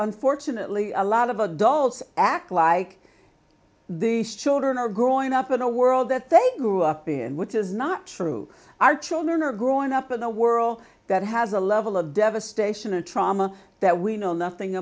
unfortunately a lot of adults act like these children are growing up in a world that they grew up in which is not true our children are growing up in a world that has a level of devastation and trauma that we know nothing